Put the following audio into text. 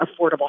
affordable